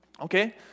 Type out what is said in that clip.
okay